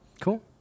cool